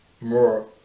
more